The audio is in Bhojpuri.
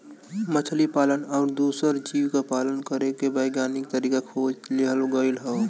मछली पालन आउर दूसर जीव क पालन करे के वैज्ञानिक तरीका खोज लिहल गयल हौ